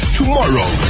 tomorrow